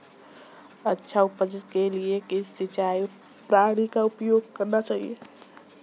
अच्छी उपज के लिए किस सिंचाई प्रणाली का उपयोग करना चाहिए?